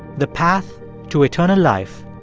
the path to eternal life,